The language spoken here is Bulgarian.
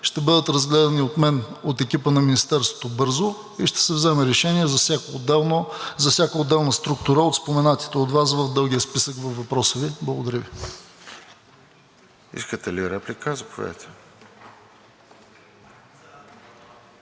ще бъдат разгледани от мен, от екипа на Министерството бързо и ще се вземе решение за всяка отделна структура от споменатите от Вас в дългия списък във въпроса Ви. Благодаря Ви. ПРЕДСЕДАТЕЛ РОСЕН